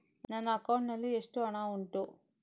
ನನ್ನ ಅಕೌಂಟ್ ನಲ್ಲಿ ಎಷ್ಟು ಹಣ ಉಂಟು?